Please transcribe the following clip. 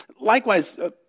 Likewise